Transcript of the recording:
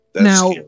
Now